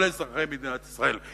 כל אזרחי מדינת ישראל,